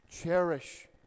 cherish